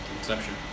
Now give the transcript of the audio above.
Exception